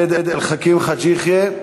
חבר הכנסת עבד אל חכים חאג' יחיא,